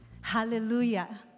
Hallelujah